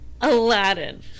Aladdin